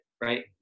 right